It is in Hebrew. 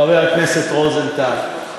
חבר הכנסת רוזנטל,